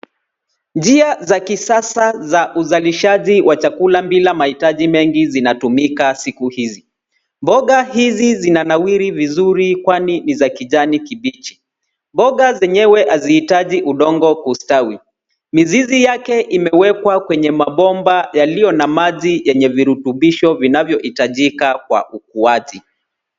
Njia za kisasa za uzalishaji wa chakula bila mahitaji mengi zinatumika siku hizi. Mboga hizi zinanawiri vizuri kwani ni za kijani kibichi. Mboga zenyewe hazihitaji udongo kustawi. Mizizi yake imewekwa kwenye mabomba yaliyo na maji yenye virutubisho vinavyohitajika kwa ukuaji.